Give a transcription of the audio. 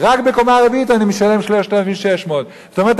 רק בקומה רביעית אני משלם 3,600. זאת אומרת,